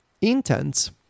intents